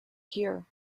here